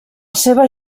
seva